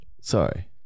Sorry